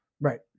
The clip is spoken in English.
right